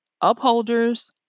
upholders